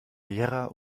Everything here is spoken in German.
gera